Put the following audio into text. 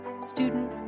student